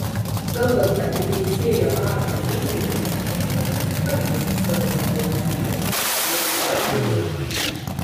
kalbant apie teisėją marką geigerį jis nesusitvarkė su savo užduotimis nesuvaldė rungtynių